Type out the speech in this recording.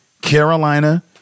Carolina